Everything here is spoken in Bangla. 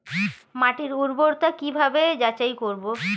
মাটির উর্বরতা কি ভাবে যাচাই করব?